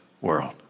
world